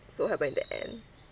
so what happen in the end